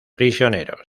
prisioneros